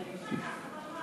אבל אי-אפשר ככה,